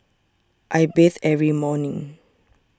I bathe every morning